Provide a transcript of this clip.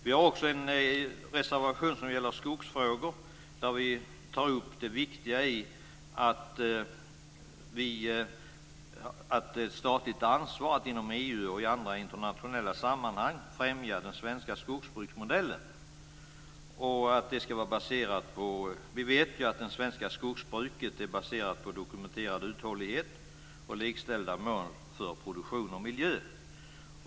Vi har också en reservation som gäller skogsfrågor, där vi tar upp det viktiga i att det finns ett statligt ansvar för att inom EU och i andra sammanhang främja den svenska skogsbruksmodellen. Vi vet ju att det svenska skogsbruket är baserat på dokumenterad uthållighet och likställda mål för produktion och miljö.